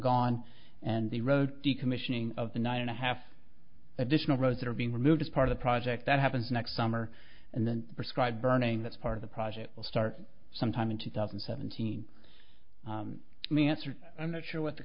gone and the road decommissioning of the nine and a half additional rows that are being removed as part of the project that happens next summer and then perscribe burning that's part of the project will start sometime in two thousand and seventeen the answer i'm not sure what the